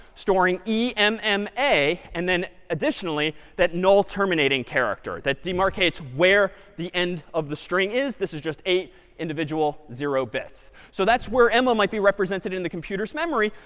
storing e m m a, and then additionally, that null terminating character that demarcates where the end of the string is. this is just eight individual zero bits. so that's where emma might be represented in the computer's memory.